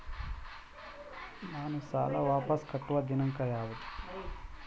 ನಾನು ಸಾಲ ವಾಪಸ್ ಕಟ್ಟುವ ದಿನಾಂಕ ಯಾವುದು?